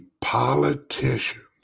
politicians